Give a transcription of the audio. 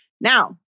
Now